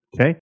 okay